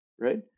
right